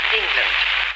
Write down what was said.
England